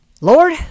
lord